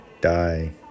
die